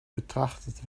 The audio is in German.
betrachtet